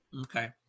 Okay